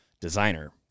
designer